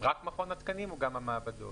רק מכון התקנים או גם המעבדות?